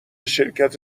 شرکت